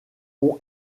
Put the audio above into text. ont